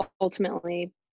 ultimately